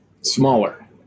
smaller